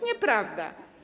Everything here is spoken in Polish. Nieprawda.